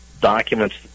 documents